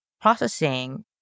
processing